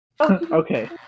Okay